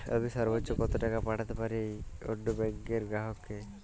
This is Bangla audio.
আমি সর্বোচ্চ কতো টাকা পাঠাতে পারি অন্য ব্যাংক র গ্রাহক কে?